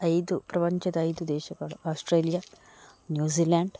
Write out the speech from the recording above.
ಐದು ಪ್ರಪಂಚದ ಐದು ದೇಶಗಳು ಆಸ್ಟ್ರೇಲಿಯಾ ನ್ಯೂಜಿ಼ಲ್ಯಾಂಡ್